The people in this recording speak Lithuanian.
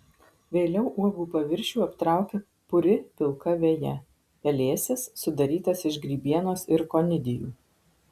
vėliau uogų paviršių aptraukia puri pilka veja pelėsis sudarytas iš grybienos ir konidijų